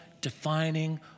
defining